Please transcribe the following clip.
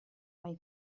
mai